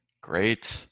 great